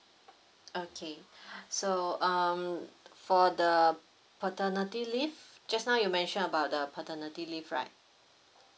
okay so um for the paternity leave just now you mentioned about the paternity leave right